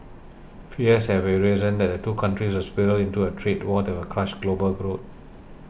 fears have arisen that the two countries will spiral into a trade war that will crush global growth